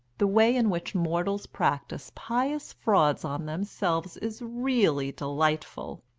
the way in which mortals practise pious frauds on themselves is really delightful!